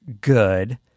good